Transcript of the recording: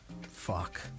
Fuck